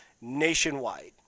nationwide